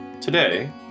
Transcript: Today